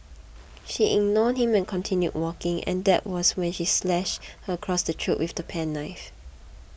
she ignored him and continued walking and that was when he slashed her across the throat with the penknife